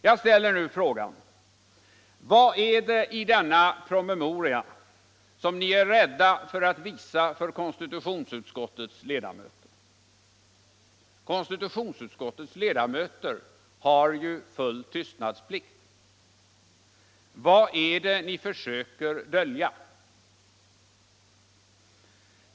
Jag ställer nu frågan: Vad är det i denna promemoria som ni är rädda för att visa för konstitutionsutskottets ledamöter, som ju har tystnadsplikt? Vad är det ni försöker dölja?